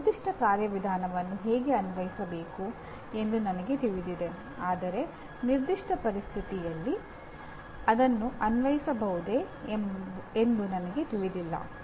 ಒಂದು ನಿರ್ದಿಷ್ಟ ಕಾರ್ಯವಿಧಾನವನ್ನು ಹೇಗೆ ಅನ್ವಯಿಸಬೇಕು ಎಂದು ನನಗೆ ತಿಳಿದಿದೆ ಆದರೆ ನಿರ್ದಿಷ್ಟ ಪರಿಸ್ಥಿತಿಯಲ್ಲಿ ಅದನ್ನು ಅನ್ವಯಿಸಬಹುದೇ ಎಂದು ನನಗೆ ತಿಳಿದಿಲ್ಲ